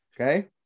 Okay